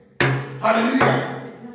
Hallelujah